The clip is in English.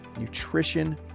nutrition